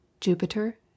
jupiter